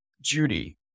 Judy